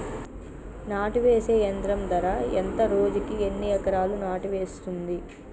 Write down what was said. నాటు వేసే యంత్రం ధర ఎంత రోజుకి ఎన్ని ఎకరాలు నాటు వేస్తుంది?